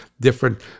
different